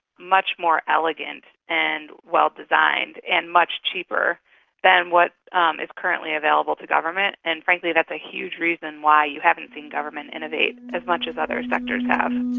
much more elegant and well designed and much cheaper than what um is currently available to government, and frankly that's a huge reason why you haven't seen government innovate as much as other sectors have.